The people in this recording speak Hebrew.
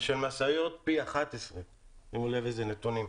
ושל משאיות פי 11. שימו לב איזה נתונים.